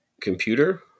computer